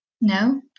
No